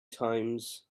times